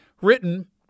written